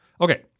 Okay